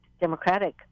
Democratic